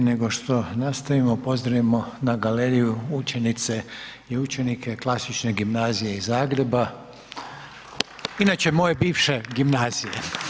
Prije nego što nastavimo pozdravimo na galeriju učenice i učenike Klasične gimnazije iz Zagreba. Inače moje bivše gimnazije.